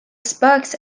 spikes